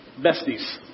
besties